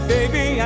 Baby